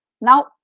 Now